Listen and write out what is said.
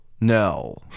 No